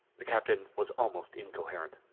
the captain was almost incoherent.